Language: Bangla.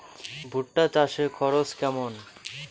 ভুট্টা চাষে খরচ কেমন?